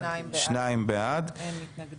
הצבעה נתקבלה 2 בעד, אין מתנגדים,